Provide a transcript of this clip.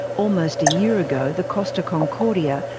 almost a year ago, the costa concordia,